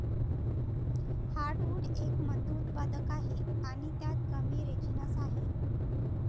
heartwood एक मंद उत्पादक आहे आणि त्यात कमी रेझिनस आहे